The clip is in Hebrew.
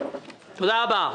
תודה רבה.